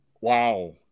wow